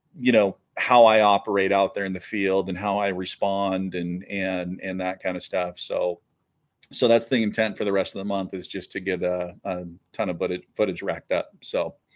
you know how i operate out there in the field and how i respond and and and that kind of stuff so so that's the intent for the rest of the month is just to give a um ton of but it footage racked up so